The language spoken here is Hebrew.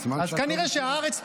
אז כנראה שהארץ טובה.